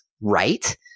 right